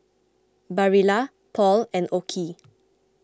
Barilla Paul and Oki